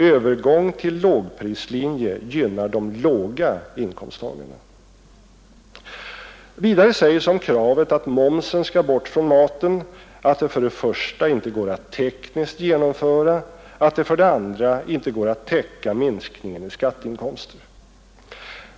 Övergång till lågprislinje gynnar låginkomsttagare. Vidare sägs om kravet att momsen skall bort från maten att det för det första inte går att tekniskt genomföra, att det för det andra inte går att täcka minskningen i skatteinkomster.